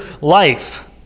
life